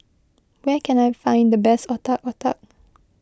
where can I find the best Otak Otak